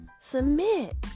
Submit